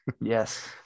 yes